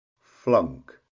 flunk